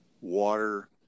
water